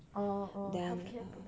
orh orh healthcare products